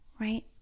right